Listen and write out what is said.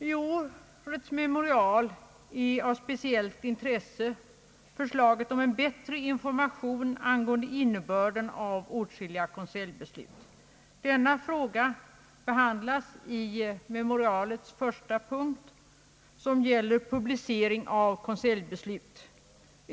Av speciellt intresse i årets memorial är förslaget om en bättre information angående innebörden av åtskilliga konseljbeslut. Denna fråga behandlas i betänkandets första punkt som gäller publicering av konseljbeslut.